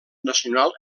nacional